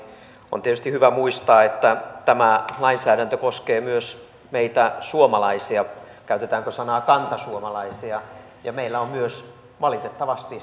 on tietysti hyvä muistaa että tämä lainsäädäntö koskee myös meitä suomalaisia käytetäänkö sanaa kantasuomalaisia ja meillä on myös valitettavasti